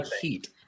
heat